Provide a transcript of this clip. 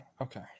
Okay